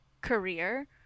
career